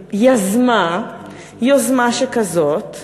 יזמה יוזמה שכזאת?